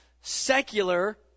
secular